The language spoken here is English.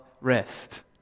rest